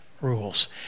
rules